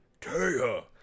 Taya